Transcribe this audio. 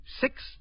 Six